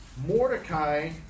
Mordecai